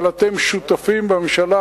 אבל אתם שותפים בממשלה,